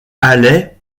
haley